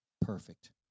Perfect